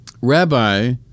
rabbi